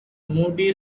moody